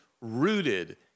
rooted